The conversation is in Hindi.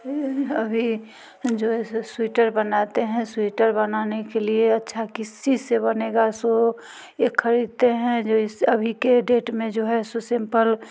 अभी जो है स्वेटर बनाते हैं स्वेटर बनाने के लिए अच्छा किसी से बनेगा तो ये ख़रीदते हैं जो इस अभी के डेट में जो है सो सिंपल